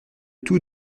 tout